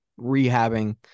rehabbing